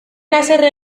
haserre